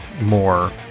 more